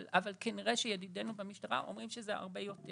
אבל כנראה שידידנו במשטרה אומרים שזה הרבה יותר